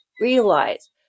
realize